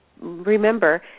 remember